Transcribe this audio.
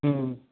ꯎꯝ